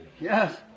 Yes